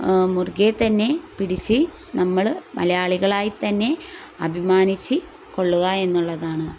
മുറുകെ തന്നെ പിടിച്ച് നമ്മൾ മലയാളികളായിത്തന്നെ അഭിമാനിച്ചുകൊള്ളുക എന്നുള്ളതാണ്